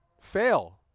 fail